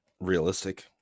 realistic